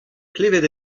klevet